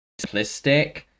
simplistic